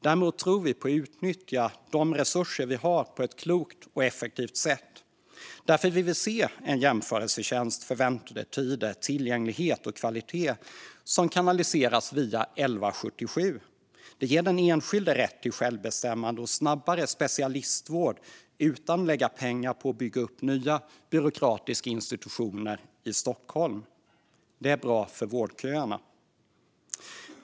Däremot tror vi på att utnyttja de resurser som finns på ett klokt och effektivt sätt. Därför vill vi se en jämförelsetjänst för väntetider, tillgänglighet och kvalitet som kanaliseras via 1177. Detta ger den enskilde rätt till självbestämmande och snabbare specialistvård utan att det läggs pengar på att bygga upp nya byråkratiska institutioner i Stockholm. Det är bra för vårdköerna.